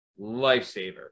lifesaver